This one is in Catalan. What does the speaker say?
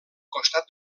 costat